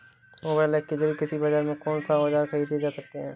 Mobile app के जरिए कृषि बाजार से कौन से औजार ख़रीदे जा सकते हैं?